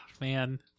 man